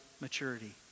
maturity